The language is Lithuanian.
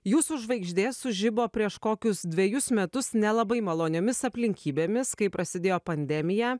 jūsų žvaigždė sužibo prieš kokius dvejus metus nelabai maloniomis aplinkybėmis kai prasidėjo pandemija